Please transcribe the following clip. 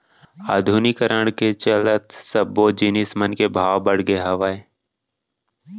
आधुनिकीकरन के चलत सब्बो जिनिस मन के भाव बड़गे हावय